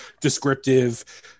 descriptive